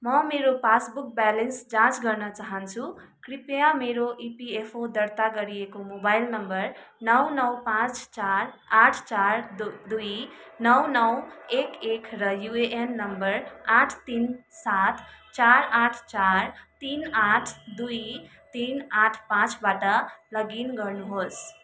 म मेरो passbook balance जाँच गर्न चाहन्छु कृपया मेरो इपिएफओ दर्ता गरिएको मोबाइल नम्बर नौ नौ पाँच चार आठ चार दु दुई नौ नौ एक एक र युएएन नम्बर आठ तिन सात चार आठ चार तिन आठ दुई तिन आठ पाँचबाट लगइन् गर्नुहोस्